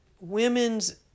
women's